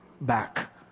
back